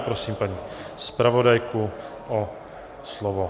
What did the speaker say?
Prosím paní zpravodajku o slovo.